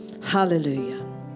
Hallelujah